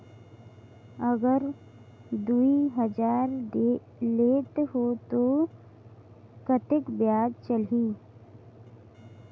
अगर दुई हजार लेत हो ता कतेक ब्याज चलही?